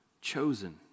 chosen